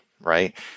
right